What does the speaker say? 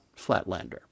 Flatlander